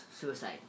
suicide